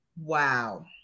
Wow